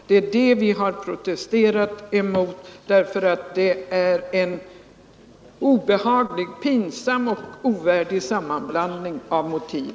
Det är sådana uttalanden vi har protesterat emot därför att det är en obehaglig, pinsam och ovärdig sammanblandning av motiv.